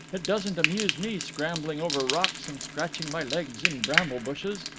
it doesn't amuse me scrambling over rocks and scratching my legs in bramble bushes.